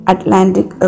Atlantic